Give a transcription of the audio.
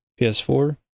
PS4